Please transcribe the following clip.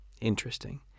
interesting